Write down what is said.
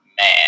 man